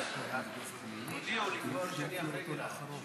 כבר הודיעו לי שאני אחרי גלעד.